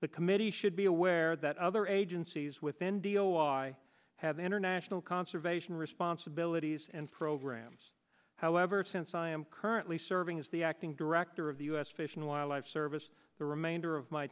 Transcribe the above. the committee should be aware that other agencies within v o y have international conservation responsibilities and programs however since i am currently serving as the acting director of the u s fish and wildlife service the remainder of my